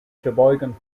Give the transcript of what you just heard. sheboygan